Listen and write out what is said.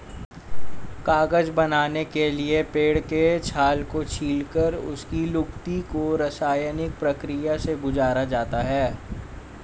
कागज बनाने के लिए पेड़ के छाल को छीलकर उसकी लुगदी को रसायनिक प्रक्रिया से गुजारा जाता है